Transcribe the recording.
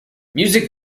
music